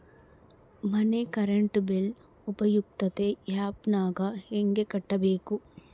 ಮನೆ current bill ಉಪಯುಕ್ತತೆ app ನಾಗ ಹೆಂಗ ಕಟ್ಟಬೇಕು?